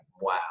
wow